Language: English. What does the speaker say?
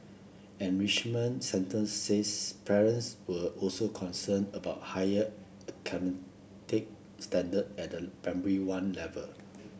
enrichment centres says parents were also concerned about higher standard at the Primary One level